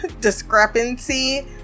discrepancy